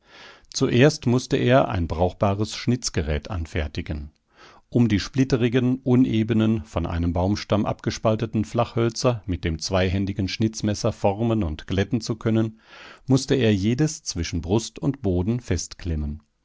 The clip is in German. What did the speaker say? zuerst mußte er ein brauchbares schnitzgerät anfertigen um die splitterigen unebenen von einem baumstamm abgespalteten flachhölzer mit dem zweihändigen schnitzmesser formen und glätten zu können mußte er jedes zwischen brust und boden